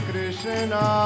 Krishna